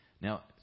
Now